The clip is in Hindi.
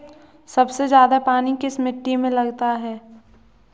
सबसे ज्यादा पानी किस मिट्टी में लगता है?